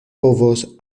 povos